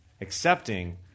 accepting